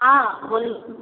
हँ बोलू